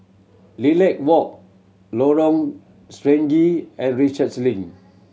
Lilac Walk Lorong Stangee and Research Link